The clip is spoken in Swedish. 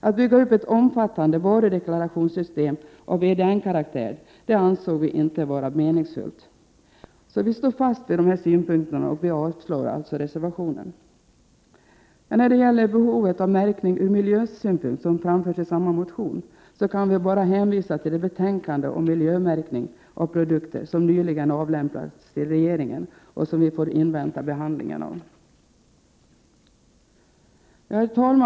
Att bygga upp ett omfattande varudeklarationssystem av VDN-karaktär anser vi inte vara meningsfullt. Vi står fast vid dessa synpunkter och avstyrker alltså reservationen. När det gäller behovet av märkning ur miljösynpunkt, som framförs i samma motion, kan vi bara hänvisa till det betänkande om miljömärkning av produkter som nyligen avlämnats till regeringen och som vi får invänta behandlingen av.